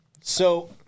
So-